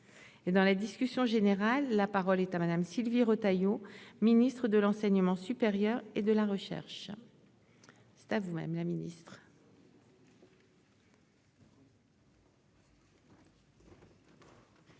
Et dans la discussion générale. La parole est à madame Sylvie Retailleau Ministre de l'enseignement supérieur et de la recherche. C'est à vous, madame la Ministre. Merci